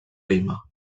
lima